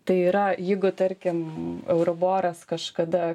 tai yra jeigu tarkim euriboras kažkada